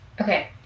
Okay